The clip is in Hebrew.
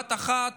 בבת אחת